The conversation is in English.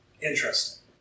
interesting